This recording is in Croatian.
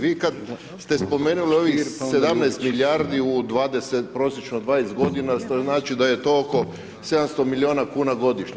Vi kad ste spomenuli ovih 17 milijardi u 20, prosječno 20 godina, što znači da je to oko 700 milijuna kuna godišnje.